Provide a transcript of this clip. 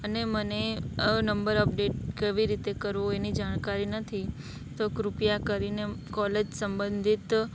અને મને આ નંબર અપડેટ કેવી રીતે કરવો એની જાણકારી નથી તો કૃપયા કરીને કોલેજ સંબંધિત